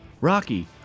Rocky